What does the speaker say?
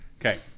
Okay